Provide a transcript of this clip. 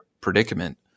predicament